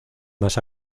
más